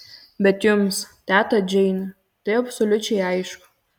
bet jums teta džeine tai absoliučiai aišku